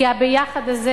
כי הביחד הזה,